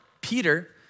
Peter